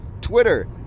Twitter